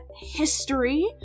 history